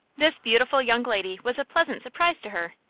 this beautiful young lady was a pleasant surprise to her,